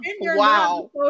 Wow